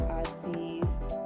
artists